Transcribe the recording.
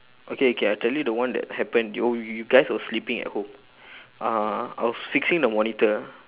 okay okay I tell you the one that happened oh you you you guys were sleeping at home uh I was fixing the monitor